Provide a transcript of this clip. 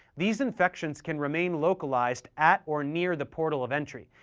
these infections can remain localized at or near the portal of entry,